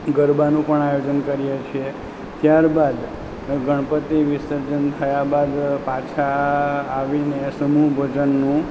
ગરબાનું પણ આયોજન કરીએ છીએ ત્યારબાદ ગણપતિ વિસર્જન થયા બાદ પાછા આવીને સમૂહ ભોજનનું